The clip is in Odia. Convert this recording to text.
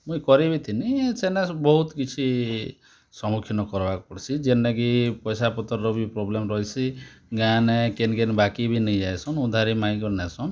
ମୁଇଁ କରିବି ଥିନି ସେନେ ବହୁତ୍ କିଛି ସମ୍ମୁଖୀନ୍ କର୍ବାକେ ପଡ଼୍ସି ଯେନ୍ତା କି ପଇସା ପତ୍ର ବି ପ୍ରୋବ୍ଲେମ୍ ରହେସି ଗାଁ ନେ କେନ୍ କେନ୍ ବାକି ବି ନେଇ ଯାଏସନ୍ ଉଧାରି ମାଗିକରି ନେସନ୍